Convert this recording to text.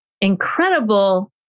incredible